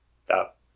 Stop